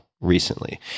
recently